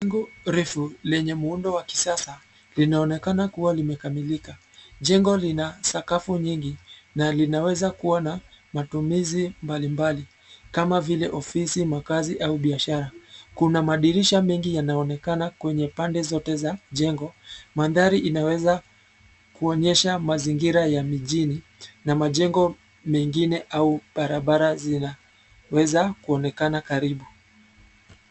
Jengo refu lenye muundo wa kisasa, linaonekana kuwa limekamilika. Jengo lina sakafu nyingi, na linaweza kuwa na matumizi mbalimbali, kama vile ofisi, makazi, au biashara. Kuna madirisha mengi yanaonekana kwenye pande zote za jengo. Mandhari inaweza kuonyesha mazingira ya mijini, na majengo mengine au barabara zinaweza kuonekana karibu.